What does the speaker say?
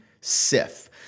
SIF